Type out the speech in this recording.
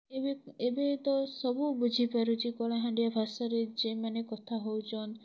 ଏବେ ଏବେ ତ ସବୁ ବୁଝି ପାରୁଛି କଳାହାଣ୍ଡିଆ ଭାଷାରେ ଯେ ମାନେ କଥା ହଉଚନ୍